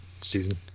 season